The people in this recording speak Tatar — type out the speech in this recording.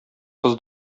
кыз